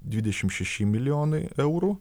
dvidešimt šeši milijonai eurų